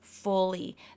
Fully